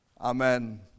Amen